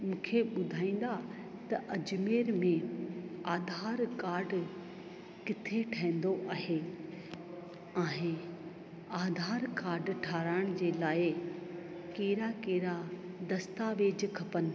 मूंखे ॿुधाईंदा त अजमेर में आधार कार्ड किथे ठहंदो आहे ऐं आधार कार्ड ठाहिराइण जे लाइ कहिड़ा कहिड़ा दस्तावेज़ खपनि